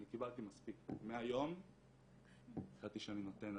אני קיבלתי מספיק, מהיום החלטתי שאני נותן.